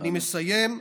אני מסיים,